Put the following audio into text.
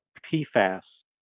PFAS